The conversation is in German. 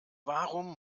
warum